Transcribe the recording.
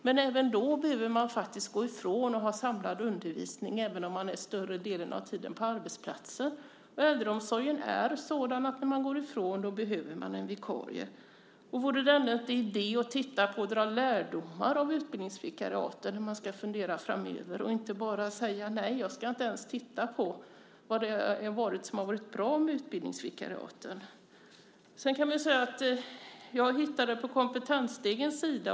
Men även då behöver man faktiskt gå ifrån och ha samlad undervisning, även om man är större delen av tiden på arbetsplatsen. Äldreomsorgen är sådan att när man går ifrån så behöver man en vikarie. Vore det ändå inte idé att titta på och dra lärdomar av utbildningsvikariaten i fråga om hur man ska fundera framöver och inte bara säga nej och inte ens titta på vad som har varit bra med utbildningsvikariaten? Jag har hittat uppgifter på Kompetensstegens sida.